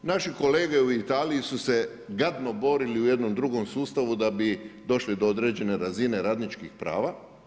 Naši kolege u Italiji su se gadno borili u jednom drugom sustavu da bi došli određene razine radničkih prava.